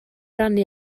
rannu